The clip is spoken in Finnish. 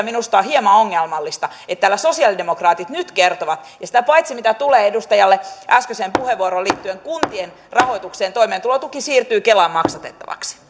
minusta on hieman ongelmallista että täällä sosialidemokraatit nyt kertovat ja sitä paitsi edustajalle äskeiseen puheenvuoroon kuntien rahoitukseen liittyen toimeentulotuki siirtyy kelan maksatettavaksi